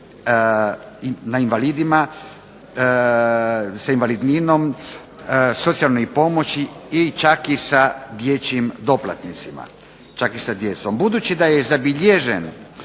na invalidima sa invalidninom, socijalnoj pomoći i čak i sa dječjim doplatnicima, čak i sa djecom. Budući da je zabilježen